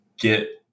get